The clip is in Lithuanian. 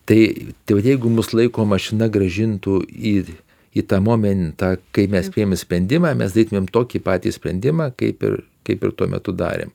tai jeigu mus laiko mašina grąžintų į į tą momentą kai mes priėmėm sprendimą mes darytumėm tokį patį sprendimą kaip ir kaip ir tuo metu darėm